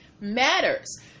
matters